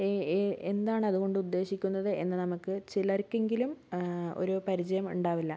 A എ എന്താണ് അതുകൊണ്ട് ഉദ്ദേശിക്കുന്നത് എന്ന് നമുക്ക് ചിലർക്കെങ്കിലും ഒരു പരിചയം ഉണ്ടാവില്ല